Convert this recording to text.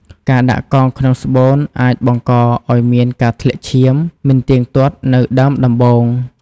ការដាក់កងក្នុងស្បូនអាចបង្កឲ្យមានការធ្លាក់ឈាមមិនទៀងទាត់នៅដើមដំបូង។